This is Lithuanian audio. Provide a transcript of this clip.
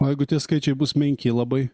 o jeigu tie skaičiai bus menki labai